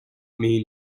mean